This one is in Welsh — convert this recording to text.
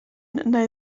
neu